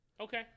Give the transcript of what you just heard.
Okay